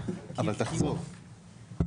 זה מניעת ה- gentrification,